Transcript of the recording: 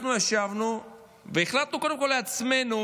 אנחנו ישבנו והחלטנו קודם כול לעצמנו